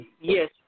yes